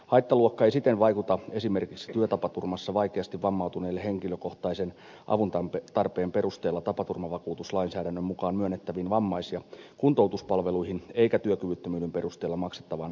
haittaluokka ei siten vaikuta esimerkiksi työtapaturmassa vaikeasti vammautuneelle henkilökohtaisen avuntarpeen perusteella tapaturmavakuutuslainsäädännön mukaan myönnettäviin vammais ja kuntoutuspalveluihin eikä työkyvyttömyyden perusteella maksettavaan ansionmenetyskorvaukseen